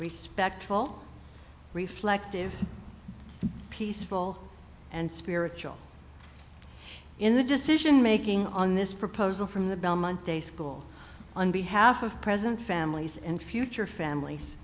respectable reflective peaceful and spiritual in the decision making on this proposal from the belmont day school on behalf of present families and future families